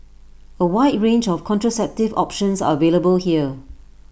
A wide range of contraceptive options are available here